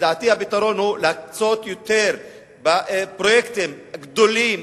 לדעתי הפתרון הוא להקצות יותר בפרויקטים הגדולים,